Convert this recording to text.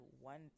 one